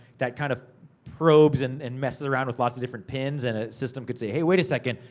that kind of probes and and messes around with lots of different pins, and a system could say, hey, wait a second,